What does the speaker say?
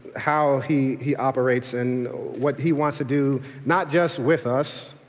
how he he operates and what he wants to do not just with us,